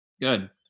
good